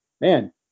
man